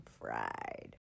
fried